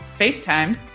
FaceTime